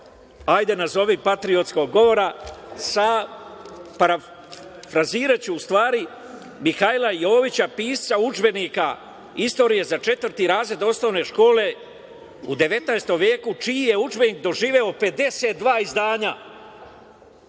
hajde nazovi patriotskog govora, parafraziraću u stvari Mihajla Jovića, pisca udžbenika istorije za četvrti razred osnovne škole u devetnaestom veku, čiji je udžbenik doživeo 52 izdanja